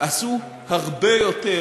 עשו הרבה יותר